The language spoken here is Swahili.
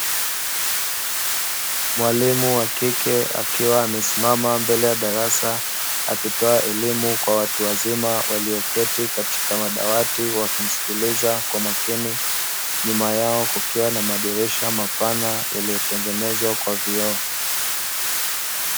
Mwalimu wa kike akiwa amesimama mbele ya darasa akitoa elimu kwa watu wazima walioketi katika madawati wakimsikiliza kwa makini. Nyuma yao kukiwa na madirisha mapana yaliyotengenezwa kwa vioo.